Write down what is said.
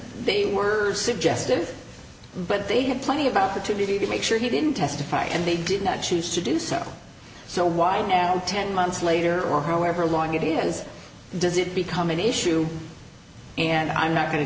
they were suggestive but they had plenty about the to do to make sure he didn't testify and they did not choose to do so so why now ten months later or however long it is does it become an issue and i'm not going to